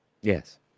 Yes